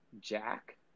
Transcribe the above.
Jack